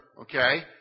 okay